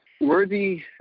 Worthy